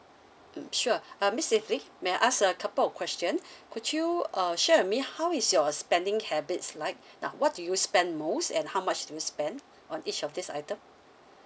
mm sure uh miss evelyn may I ask a couple question could you uh share with me how is your spending habits like now what do you spend most and how much do you spend on each of this item